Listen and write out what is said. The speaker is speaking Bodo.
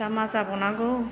दा मा जाबावनांगौ